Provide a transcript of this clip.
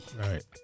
Right